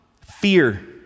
fear